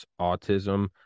autism